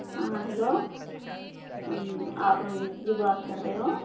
ہاں ہلو آپ مستری بات کر رہے ہو